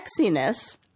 sexiness